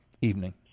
Evening